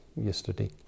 yesterday